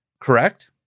correct